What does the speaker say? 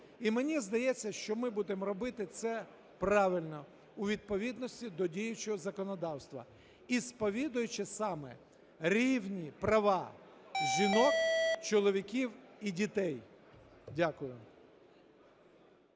І мені здається, що ми будемо робити це правильно, у відповідності до діючого законодавства і сповідуючи саме рівні права жінок, чоловіків і дітей. Дякую.